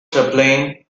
chaplain